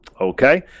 Okay